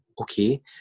okay